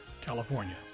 California